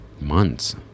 months